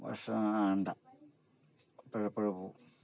വർഷ അപ്പഴ് അപ്പഴ് പോവും